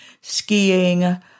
skiing